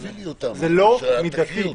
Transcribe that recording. זה לא מידתי.